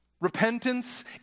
Repentance